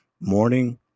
morning